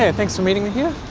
ah thanks for meeting me here.